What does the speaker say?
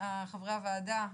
חברי הוועדה,